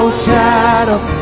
shadow